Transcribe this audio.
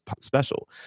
special